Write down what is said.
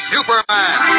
Superman